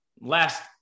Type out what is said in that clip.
last